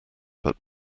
but